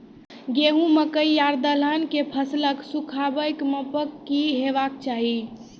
गेहूँ, मकई आर दलहन के फसलक सुखाबैक मापक की हेवाक चाही?